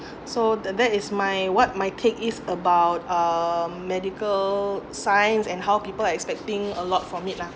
so then that is my what my is about uh medical science and how people expecting a lot from it lah